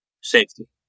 Safety